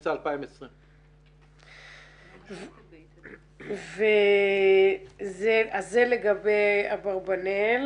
באמצע 2020. אז זה לגבי אברבנאל.